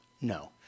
No